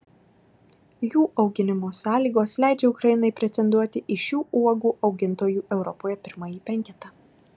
jų auginimo sąlygos leidžia ukrainai pretenduoti į šių uogų augintojų europoje pirmąjį penketą